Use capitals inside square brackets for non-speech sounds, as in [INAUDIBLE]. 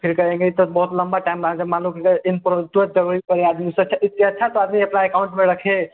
फिर कहेंगे यह तो बहुत लंबा टाइम माँग मान लो अगर इन [UNINTELLIGIBLE] इससे अच्छा इससे अच्छा तो आदमी अपने अकाउंट में रखें